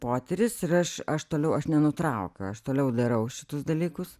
potyris ir aš aš toliau aš nenutraukiu aš toliau darau šitus dalykus